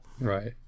Right